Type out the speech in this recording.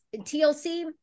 TLC